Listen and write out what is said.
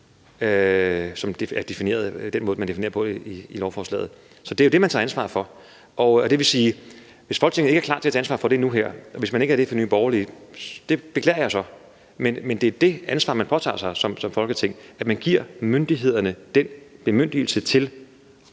det er defineret på i lovforslaget. Det er det, man tager ansvar for, og det vil sige, at hvis Folketinget ikke er klar til at tage ansvar for det nu her, og hvis man ikke er det fra Nye Borgerliges side, beklager jeg det, men det er det ansvar, man påtager sig som Folketing – at man giver myndighederne den bemyndigelse til